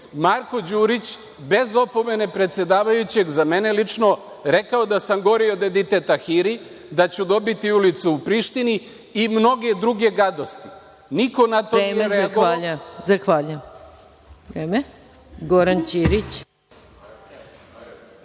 Marko Đurić, bez opomene predsedavajućeg, za mene lično rekao da sam gori od Edite Hiri, da ću dobiti ulicu u Prištini i mnoge druge gadosti. Niko na to nije reagovao. **Maja Gojković** Vreme.